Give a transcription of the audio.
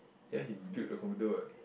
ya he built the computer what